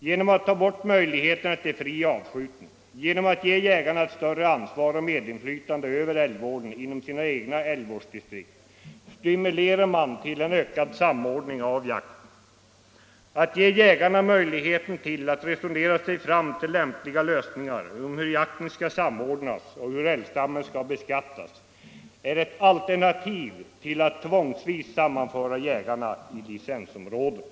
Genom att ta bort möjligheterna till fri avskjutning och genom att ge jägarna ett större ansvar och medinflytande över älgvården inom sina egna älgvårdsområden stimulerar man till en ökad samordning av jakten. Att ge jägarna möjligheten att resonera sig fram till lämpliga lösningar av hur jakten skall samordnas och hur älgstammen skall beskattas är ett alternativ till att tvångsvis sammanföra jägarna i licensområden.